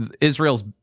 Israel's